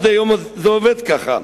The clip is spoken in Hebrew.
עד היום זה עובד כך.